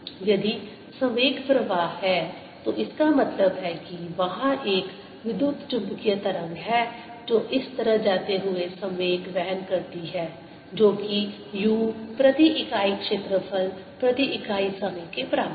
यदि संवेग प्रवाह है तो इसका मतलब है कि वहाँ एक विद्युत चुम्बकीय तरंग है जो इस तरह जाते हुए संवेग वहन करती है जो कि u प्रति इकाई क्षेत्रफल प्रति इकाई समय के बराबर है